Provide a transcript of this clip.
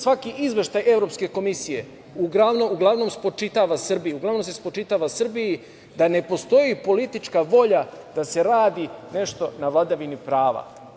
Svaki izveštaj Evropske komisije uglavnom spočitava Srbiji, uglavnom se spočitava Srbiji da ne postoji politička volja da se radi nešto na vladavini prava.